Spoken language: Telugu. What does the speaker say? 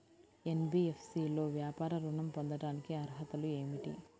ఎన్.బీ.ఎఫ్.సి లో వ్యాపార ఋణం పొందటానికి అర్హతలు ఏమిటీ?